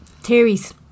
theories